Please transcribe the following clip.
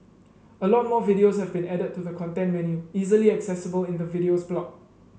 a lot more videos have been added to the content menu easily accessible in the Videos block